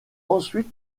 ensuite